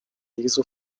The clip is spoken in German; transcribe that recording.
jesu